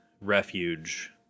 refuge